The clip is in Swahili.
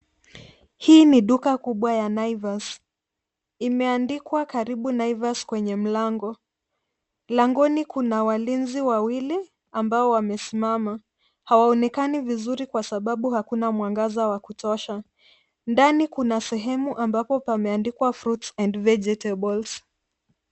Hii ni duka kubwa ya Naivas. Imeandikwa karibu Naivas kwenye mlango. Langoni kuna walinzi wawili ambao wamesimama, hawaonekani vizuri kwa sababu akuna mwangaza wa kutosha. Ndani kuna sehemu ambapo pameandikwa Fruits & Vegetables .